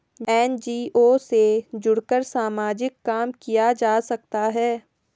NGO से जुड़कर सामाजिक काम किया जा सकता है